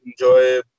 enjoy